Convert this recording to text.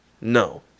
No